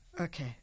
Okay